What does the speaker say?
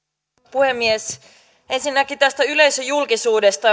puhemies ensinnäkin tästä yleisöjulkisuudesta